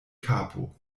kapo